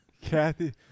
Kathy